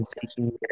seeking